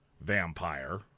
vampire